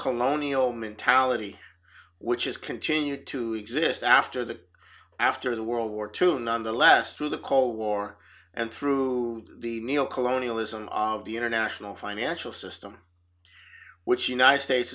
colonial mentality which has continued to exist after the after the world war two nonetheless through the cold war and through the neo colonialism the international financial system which united states